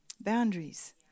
boundaries